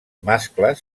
mascles